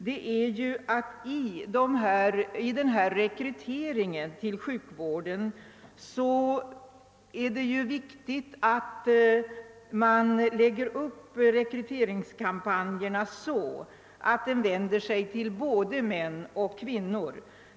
I den nu aktuella rekryteringen till sjukvården är det viktigt att kampanjerna läggs upp på sådant sätt att de vänder sig till både män och kvinnor.